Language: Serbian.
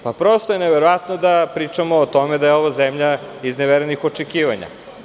Prosto je neverovatno da pričamo o tome da je ovo zemlja izneverenih očekivanja.